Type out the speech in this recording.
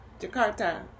Jakarta